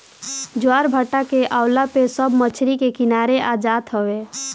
ज्वारभाटा के अवला पे सब मछरी के किनारे आ जात हवे